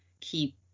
keep